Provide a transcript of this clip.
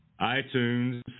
iTunes